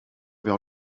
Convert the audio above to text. vers